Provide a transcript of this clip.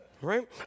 right